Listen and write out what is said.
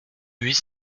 huit